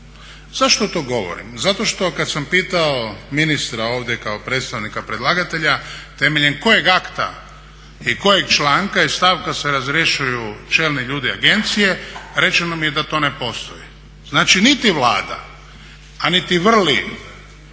Zašto to govorim? Zato što kad sam pitao ministra ovdje kao predstavnika predlagatelja temeljem kojeg akta i kojeg članka i stavka se razrješuju čelni ljudi agencije rečeno mi je da to ne postoji. Znači niti Vlada, a niti vrli